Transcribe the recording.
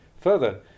Further